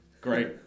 great